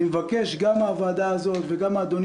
אני מבקש גם מהוועדה הזאת וגם אדוני